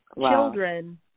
children